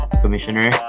Commissioner